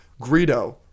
Greedo